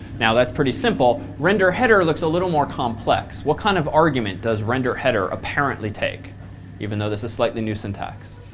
now that's pretty simple. renderheader looks a little more complex. what kind of argument does renderheader apparently take even though it's a slightly new syntax?